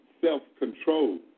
self-control